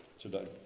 today